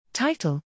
Title